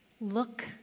look